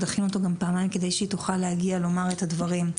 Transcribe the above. דחינו אותו גם פעמיים כדי שהיא תוכל להגיע לומר את הדברים.